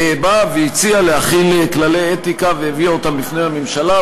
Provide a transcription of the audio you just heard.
באה והציעה להכין כללי אתיקה והביאה אותם בפני הממשלה.